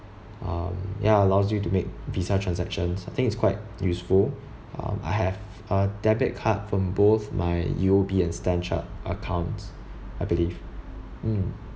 um ya allows you to make visa transactions I think it's quite useful um I have a debit card from both my U_O_B and stanchart accounts I believe mm